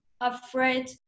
afraid